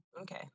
Okay